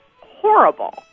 horrible